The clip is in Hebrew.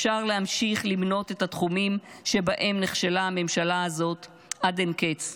אפשר להמשיך ולמנות את התחומים שבהם נכשלה הממשלה הזאת עד אין קץ.